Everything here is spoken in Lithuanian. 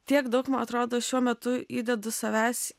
tiek daug man atrodo šiuo metu įdedu savęs